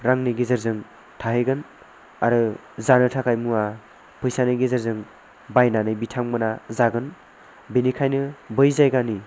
रांनि गेजेरजों थाहैगोन आरो जानो थाखाय मुवा फैसानि गेजेरजों बायनानै बिथांमोना जागोन बेनिखायनो बै जायगानि